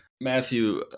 Matthew